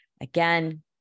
Again